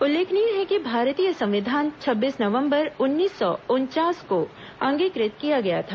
उल्लेखनीय है कि भारतीय संविधान छब्बीस नवम्बर उन्नीस सौ उनचास को अंगीकृत किया गया था